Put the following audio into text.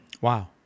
Wow